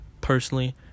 Personally